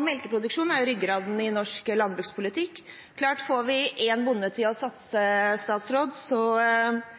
Melkeproduksjonen er ryggraden i norsk landbrukspolitikk. Hvis vi får én bonde til å satse,